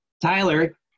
Tyler